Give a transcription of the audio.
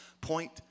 point